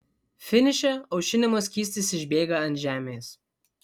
finiše aušinimo skystis išbėga ant žemės